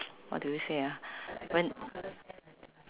how do you say ah when